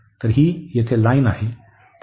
तर ही येथे लाईन आहे